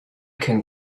can